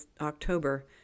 October